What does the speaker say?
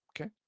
okay